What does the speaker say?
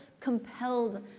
compelled